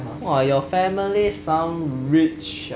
!wah! your family sound rich ah